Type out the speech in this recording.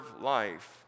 life